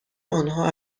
آنها